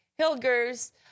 Hilgers